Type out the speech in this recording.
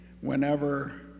whenever